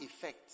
effect